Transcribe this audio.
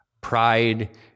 pride